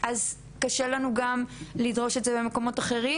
אז קשה לנו גם לדרוש את זה גם במקומות אחרים.